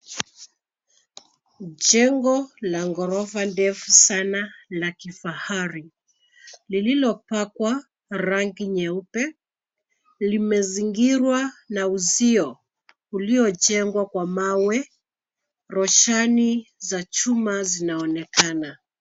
Jengo la ghorofa ndefu sana la kifahari, lililopakwa rangi nyeupe limezingirwa na uzio uliojengwa kwa mawe. Roshani za chuma zinaonekana.